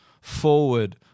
forward